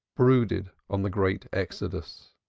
brooded on the great exodus.